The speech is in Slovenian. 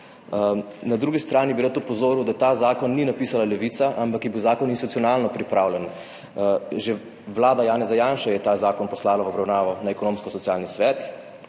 Na drugi strani bi rad opozoril, da ta zakon ni napisala Levica, ampak je bil zakon institucionalno pripravljen. Že vlada Janeza Janše je ta zakon poslala v obravnavo na Ekonomsko-socialni svet,